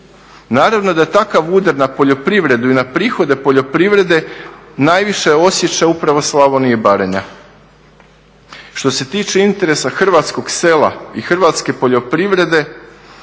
Naravno da takav udar na poljoprivredu i na prihode poljoprivrede najviše osjeća upravo Slavonija i Baranja. Što se tiče interesa hrvatskog sela i hrvatske poljoprivrede